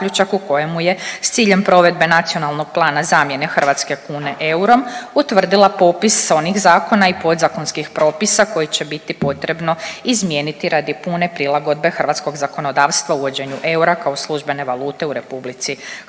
u kojemu je s ciljem provedbe nacionalnog plana zamjene hrvatske kune eurom utvrdila popis onih zakona i podzakonskih propisa koji će biti potrebno izmijeniti radi pune prilagodbe hrvatskog zakonodavstva uvođenju eura kao službene valute u RH, a sve